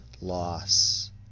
loss